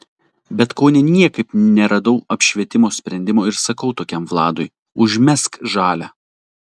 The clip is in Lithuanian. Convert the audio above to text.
bet kaune niekaip neradau apšvietimo sprendimo ir sakau tokiam vladui užmesk žalią